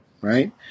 right